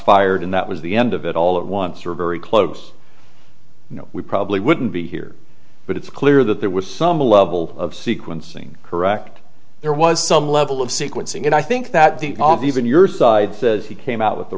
fired and that was the end of it all at once or very close we probably wouldn't be here but it's clear that there was some level of sequencing correct there was some level of sequencing and i think that the aviv in your side says he came out with